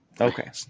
okay